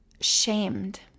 shamed